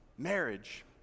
Marriage